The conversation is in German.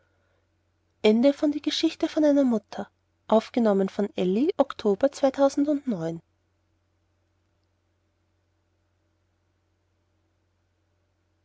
die geschichte von einer mutter